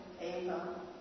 Ava